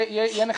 יהיה נחמד.